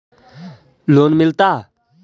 Loan मिलता?